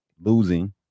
losing